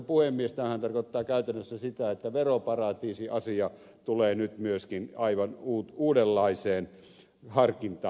tämähän tarkoittaa käytännössä sitä että veroparatiisiasia tulee nyt myöskin aivan uudenlaiseen harkintaan